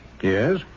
Yes